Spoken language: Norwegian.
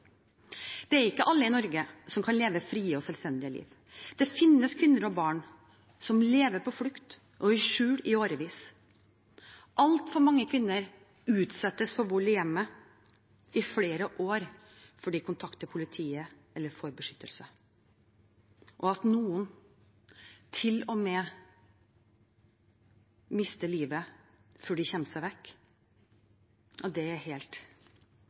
Det er ikke alle i Norge som kan leve et fritt og selvstendig liv. Det finnes kvinner og barn som lever på flukt og i skjul i årevis. Altfor mange kvinner utsettes for vold i hjemmet i flere år før de kontakter politiet eller får beskyttelse. At noen til og med mister livet før de kommer seg vekk, er helt